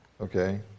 Okay